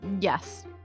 Yes